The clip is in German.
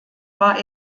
war